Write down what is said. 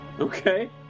Okay